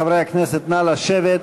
חברי הכנסת, נא לשבת.